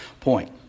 point